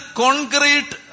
concrete